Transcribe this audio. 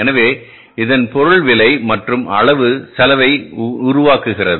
எனவே இதன் பொருள் விலை மற்றும் அளவு செலவை உருவாக்குகிறது